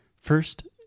First